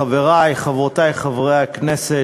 חברי וחברותי חברי הכנסת,